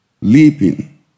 leaping